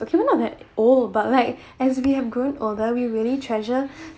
okay we're not that old but like as we have grown older we really treasure